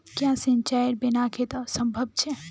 क्याँ सिंचाईर बिना खेत असंभव छै?